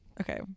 Okay